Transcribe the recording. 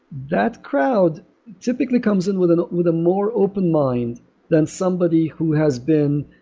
that crowd typically comes in with with a more open mind than somebody who has been,